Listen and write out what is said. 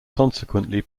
consequently